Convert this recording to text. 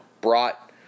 brought